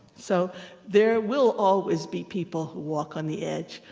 so there will always be people who walk on the edge.